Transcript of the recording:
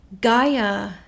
Gaia